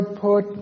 put